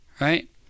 Right